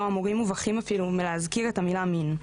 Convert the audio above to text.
המורים מובכים אפילו מלהזכיר את המילה מין.